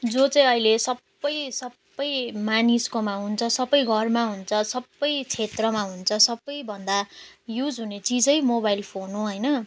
जो चाहिँ अहिले सब सब मानिसकोमा हुन्छ सब घरमा हुन्छ सब क्षेत्रमा हुन्छ सबभन्दा युज हुने चिज मोबाइल फोन हो होइन